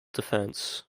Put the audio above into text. defence